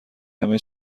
همه